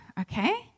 okay